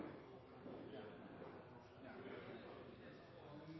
svaret, men jeg